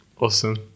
awesome